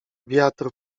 wiatr